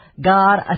God